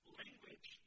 language